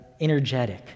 energetic